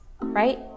right